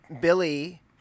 Billy